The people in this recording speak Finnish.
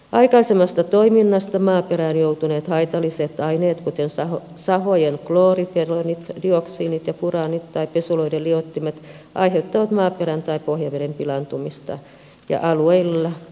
aikaisemmasta toiminnasta maaperään joutuneet haitalliset aineet kuten sahojen kloorifenolit dioksiinit ja furaanit tai pesuloiden liuottimet aiheuttavat maaperän tai pohjaveden pilaantumista ja alueilla puhdistustarvetta